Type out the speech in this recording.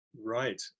Right